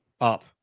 up